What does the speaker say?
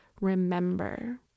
remember